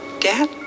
Dad